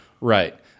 Right